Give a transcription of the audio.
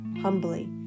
humbly